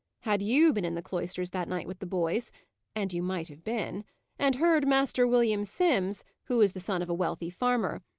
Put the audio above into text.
had you been in the cloisters that night with the boys and you might have been and heard master william simms, who was the son of a wealthy farmer,